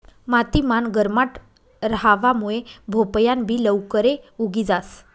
माती मान गरमाट रहावा मुये भोपयान बि लवकरे उगी जास